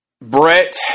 Brett